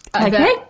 Okay